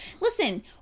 Listen